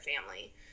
family